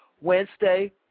Wednesday